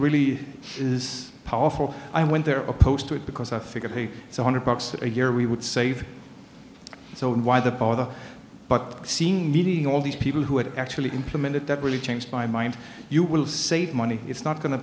really is powerful i went there opposed to it because i figured hey it's a hundred bucks a year we would save so why the bother but seeing meeting all these people who had actually implemented that really changed my mind you will save money it's not going to